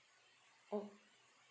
oh